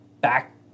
back